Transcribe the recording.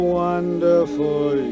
wonderful